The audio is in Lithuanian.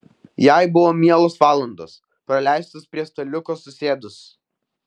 jai buvo mielos valandos praleistos prie staliuko susėdus